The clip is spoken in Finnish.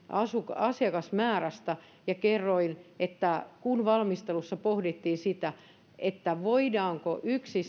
asiakasmäärästä ja kerroin että kun valmistelussa pohdittiin sitä voidaanko